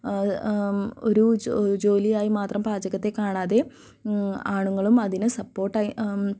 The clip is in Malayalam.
ഒരു ജോലിയായി മാത്രം പാചകത്തെ കാണാതെ ആണുങ്ങളും അതിന് സപ്പോട്ട് ആയി